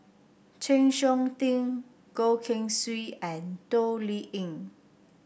Chng Seok Tin Goh Keng Swee and Toh Liying